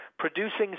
Producing